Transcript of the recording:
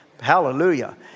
Hallelujah